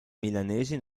milanesi